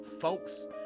folks